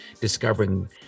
discovering